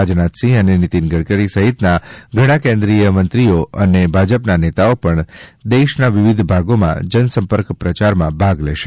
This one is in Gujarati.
રાજનાથ સિંહ અને નીતિન ગડકરી સહિતના ઘણા કેન્દ્રીય પ્રધાનો અને ભાજપના નેતાઓ પણ દેશના વિવિધ ભાગોમાં જનસંપર્ક પ્રચારમાં ભાગ લેશે